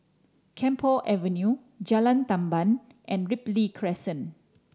Camphor Avenue Jalan Tamban and Ripley Crescent